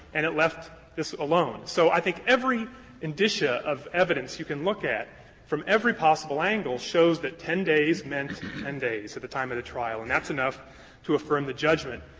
and it left this alone. so i think every indicia of evidence you can look at from every possible angle shows that ten days meant ten days at the time of the trial, and that's enough to affirm the judgment.